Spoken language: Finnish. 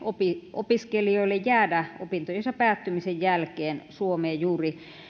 opiskelijoille jäädä opintojensa päättymisen jälkeen suomeen juuri